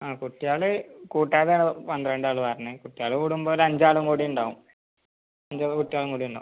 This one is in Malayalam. ആ കുട്ടികൾ കുട്ടാതാണ് പന്ത്രണ്ട് ആൾ പറഞ്ഞത് കുട്ടികൾ കൂട്ടുമ്പോൾ ഒരഞ്ചാളും കൂടിയുണ്ടാവും അഞ്ച് കുട്ടികളും കൂടിയുണ്ടാവും